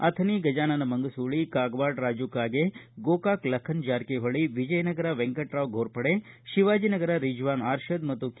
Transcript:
ಅಥಣಿ ಗಜಾನನ ಮಂಗಸೂಳಿ ಕಾಗವಾಡ ರಾಜು ಕಾಗೆ ಗೋಕಾಕ ಲಖನ ಜಾರಕಿಹೊಳಿ ವಿಜಯನಗರ ವೆಂಕಟರಾವ್ ಫೋರ್ಪಡೆ ಶಿವಾಜನಗರ ರಿಜ್ವಾನ್ ಅರ್ಷದ್ ಮತ್ತು ಕೆ